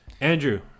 Andrew